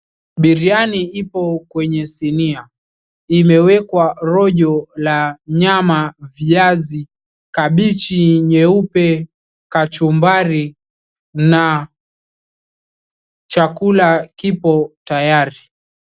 Biriani ipo kwenye sinia. Imewekwa rojo la nyama, viazi, kabichi nyeupe, kachumbari na chakula kipo tayari.